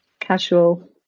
Casual